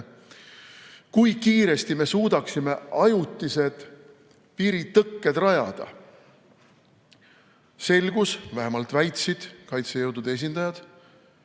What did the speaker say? kui kiiresti me suudaksime ajutised piiritõkked rajada. Selgus – vähemalt väitsid seda kaitsejõudude esindajad